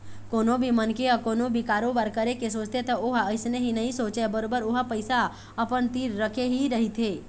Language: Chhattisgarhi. कोनो भी मनखे ह कोनो भी कारोबार करे के सोचथे त ओहा अइसने ही नइ सोचय बरोबर ओहा पइसा अपन तीर रखे ही रहिथे